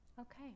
Okay